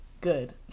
Good